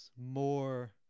more